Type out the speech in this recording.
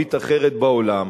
מערבית אחרת בעולם,